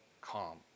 calm